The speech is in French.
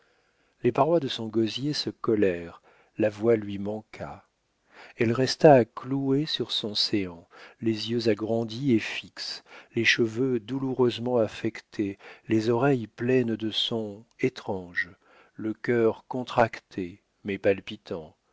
les parois de son gosier se collèrent la voix lui manqua elle resta clouée sur son séant les yeux agrandis et fixes les cheveux douloureusement affectés les oreilles pleines de sons étranges le cœur contracté mais palpitant